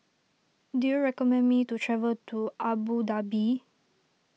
do you recommend me to travel to Abu Dhabi